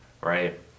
right